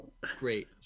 great